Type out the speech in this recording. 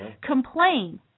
complain